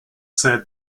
said